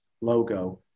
logo